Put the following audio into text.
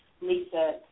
Lisa